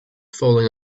falling